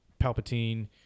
Palpatine